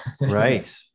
right